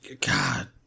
God